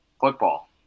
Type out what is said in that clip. football